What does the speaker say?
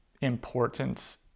important